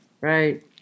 Right